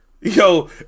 Yo